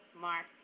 Mark